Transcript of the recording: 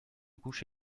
couche